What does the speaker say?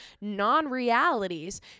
non-realities